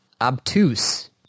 Obtuse